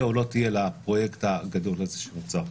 או לא תהיה לפרויקט הגדול הזה שנמצא פה.